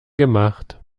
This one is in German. gemacht